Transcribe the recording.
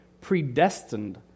predestined